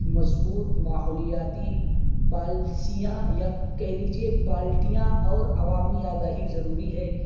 مضبوط ماحولیاتی پالسیاں یا کہہ لیجیے پالٹیاں اور عوامی آگاہی ضروری ہے